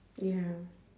ya